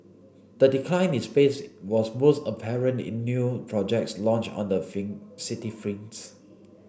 the decline in space was most apparent in new projects launched on the city